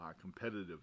competitive